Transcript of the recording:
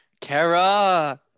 kara